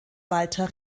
walter